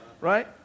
right